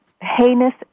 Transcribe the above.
heinous